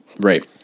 Right